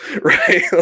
right